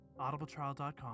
AudibleTrial.com